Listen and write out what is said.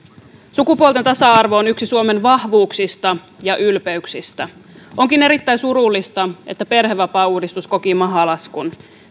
sukupuolten tasa arvo on yksi suomen vahvuuksista ja ylpeyksistä onkin erittäin surullista että perhevapaauudistus koki mahalaskun